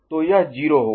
तो यह 0 होगा